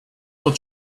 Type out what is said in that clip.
what